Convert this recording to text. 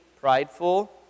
prideful